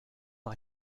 par